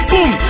Boom